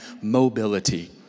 mobility